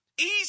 Easy